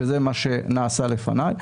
שזה מה שנעשה לפניי,